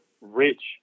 rich